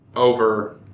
over